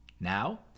Now